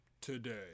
today